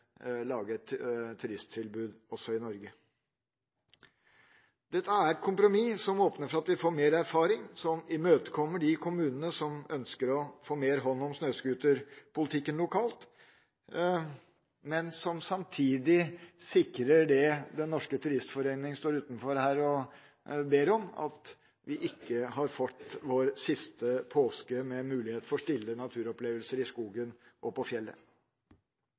lage et turisttilbud også i Norge. Dette er et kompromiss som åpner for at vi får mer erfaring, som imøtekommer de kommunene som ønsker å få mer hånd om snøscooterpolitikken lokalt, men som samtidig sikrer det Den Norske Turistforening står utenfor her og ber om, nemlig at vi ikke får vår siste påske med mulighet for stille naturopplevelser i skogen og på fjellet.